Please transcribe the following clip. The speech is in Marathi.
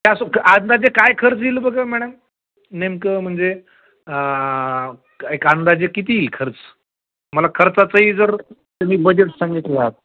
त्याचा अंदाज काय खर्च येईल बघा मॅडम नेमकं म्हणजे एक अंदाज किती खर्च मला खर्चाचही जर तुम्ही बजेट सांगत रहा